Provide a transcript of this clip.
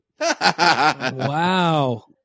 Wow